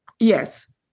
Yes